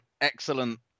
excellent